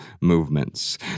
movements